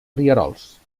rierols